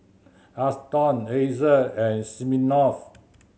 Aston Acer and Smirnoff